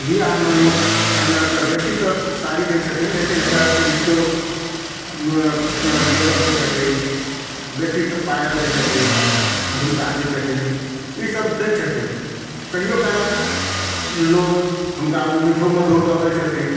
विवाहमे लोक कनिआँकेँ बेसीतर साड़ी दैत छथिन लेकिन एकर अतिरिक्तो जेवर दैत छथिन बेसीतर पायल दैत छथिन झुमका दैत छथिन ईसभ दैत छथिन कहिओ काल लोक हुनका मीठो मधुर दऽ दैत छथिन